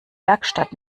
werkstatt